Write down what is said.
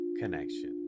connection